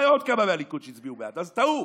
היו עוד כמה מהליכוד שהצביעו בעד, אז טעו.